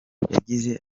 yagize